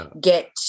get